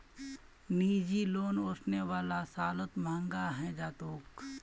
निजी लोन ओसने वाला सालत महंगा हैं जातोक